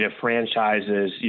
franchises